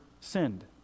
sinned